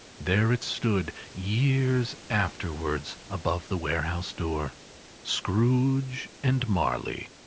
there it stood, years afterwards, above the warehouse door scrooge and marley.